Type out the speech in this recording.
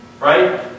Right